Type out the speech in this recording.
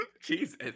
Jesus